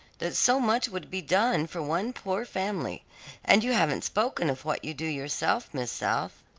that so much would be done for one poor family and you haven't spoken of what you do yourself, miss south.